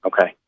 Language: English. Okay